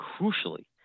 crucially